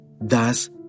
thus